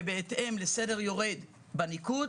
ובהתאם לסדר יורד בניקוד